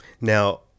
Now